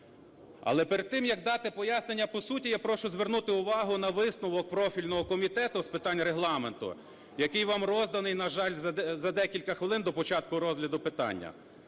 Але перед тим, як дати пояснення по суті, я прошу звернути увагу на висновок профільного комітету з питань Регламенту, який вам розданий, на жаль, за декілька хвилин до початку розгляду питання,